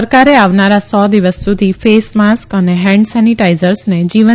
સરકારે આવનારા સો દિવસ સુધી ફેસમાસ્ક અને હેન્ડ સેનીટાઇઝર્સને જીવન